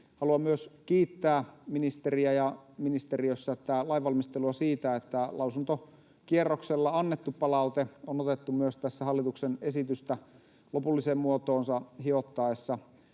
Haluan myös kiittää ministeriä ja ministeriön lainvalmistelua siitä, että lausuntokierroksella annettu palaute on otettu myös hallituksen esitystä lopulliseen muotoonsa hiottaessa